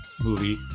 movie